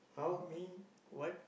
me what